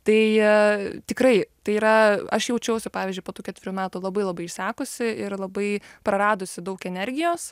tai tikrai tai yra aš jaučiausi pavyzdžiui po tų ketverių metų labai labai išsekusi ir labai praradusi daug energijos